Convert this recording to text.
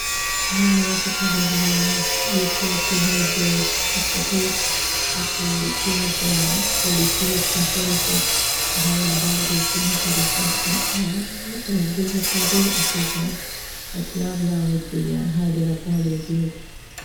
لا ما اعتقد الجلاب كلها ودية مستحيل اكو جلاب بوليسية تكون شرسة وهاي البولدوغ كلها شرسة وبالمقابل اكو كلاب لا ودية هاي الي يربوها بالبيوت